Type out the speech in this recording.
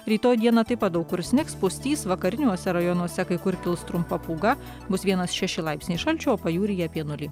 rytoj dieną taip pat daug kur snigs pustys vakariniuose rajonuose kai kur kils trumpa pūga bus vienas šeši laipsniai šalčio o pajūryje apie nulį